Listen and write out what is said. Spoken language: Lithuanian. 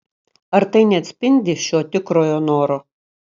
ar tai neatspindi šio tikrojo noro